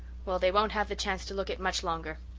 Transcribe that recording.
well, they won't have the chance to look it much longer.